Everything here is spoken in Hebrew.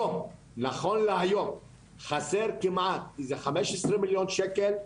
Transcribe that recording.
נכון להיום, חסר כמעט איזה חמש עשרה מיליון שקל,